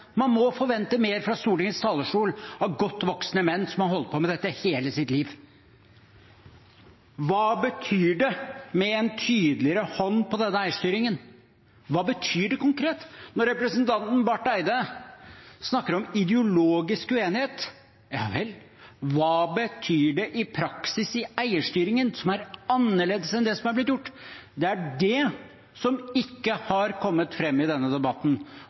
Man må forvente mer fra Stortingets talerstol av godt voksne menn som har holdt på med dette hele sitt liv. Hva betyr det med en tydeligere hånd på denne eierstyringen? Hva betyr det konkret? Når representanten Barth Eide snakker om ideologisk uenighet, hva betyr det i praksis i eierstyringen som er annerledes enn det som er blitt gjort? Det er det som ikke har kommet fram i denne debatten,